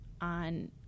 on